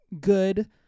good